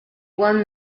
won